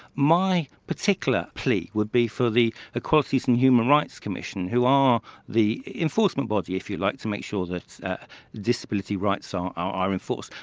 my particular plea would be for the equalities and human rights commission, who are the enforcement body, if you like, to make sure that disability rights are are enforced,